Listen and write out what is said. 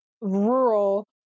rural